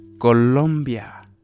Colombia